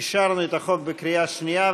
אישרנו את החוק בקריאה שנייה,